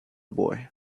boy